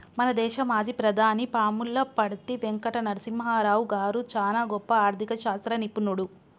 మన దేశ మాజీ ప్రధాని పాములపర్తి వెంకట నరసింహారావు గారు చానా గొప్ప ఆర్ధిక శాస్త్ర నిపుణుడు